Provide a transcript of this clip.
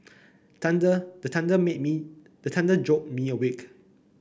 thunder the thunder make me the thunder jolt me awake